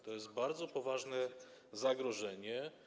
To jest bardzo poważne zagrożenie.